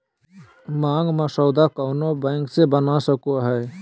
मांग मसौदा कोनो बैंक से बना सको हइ